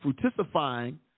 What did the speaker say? fructifying